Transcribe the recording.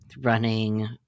running